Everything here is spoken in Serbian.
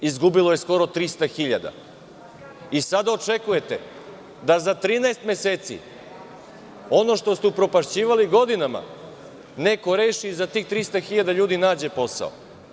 Izgubilo je skoro 300.000 i sada očekujete da za 13 meseci, ono što ste upropašćivali godinama, neko reši za tih 300.000 ljudi i nađe posao.